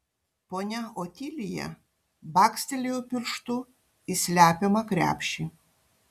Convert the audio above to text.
ponia otilija bakstelėjo pirštu į slepiamą krepšį